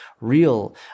real